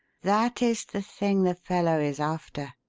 that is the thing the fellow is after.